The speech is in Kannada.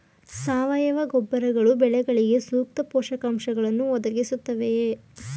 ಸಾವಯವ ಗೊಬ್ಬರಗಳು ಬೆಳೆಗಳಿಗೆ ಸೂಕ್ತ ಪೋಷಕಾಂಶಗಳನ್ನು ಒದಗಿಸುತ್ತವೆಯೇ?